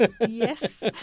Yes